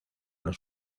nos